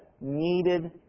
needed